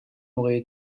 auraient